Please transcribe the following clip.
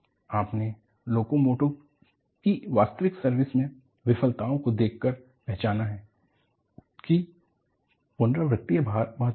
आपने लोकोमोटिव की वास्तविक सर्विस में विफलताओं को देखकर पहचाना है कि पुनरावृतिय भार महत्वपूर्ण है